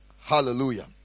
Hallelujah